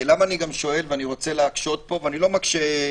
אני מקשה,